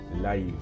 life